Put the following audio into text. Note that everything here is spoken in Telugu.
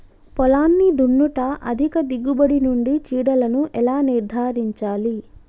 పొలాన్ని దున్నుట అధిక దిగుబడి నుండి చీడలను ఎలా నిర్ధారించాలి?